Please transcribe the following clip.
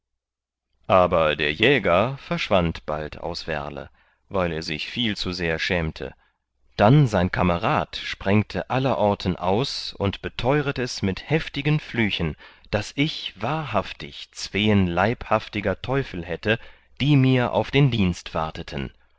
aber der jäger verschwand bald aus werle weil er sich viel zu sehr schämte dann sein kamerad sprengte allerorten aus und beteuret es mit heftigen flüchen daß ich wahrhaftig zween leibhaftiger teufel hätte die mir auf den dienst warteten